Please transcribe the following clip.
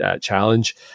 challenge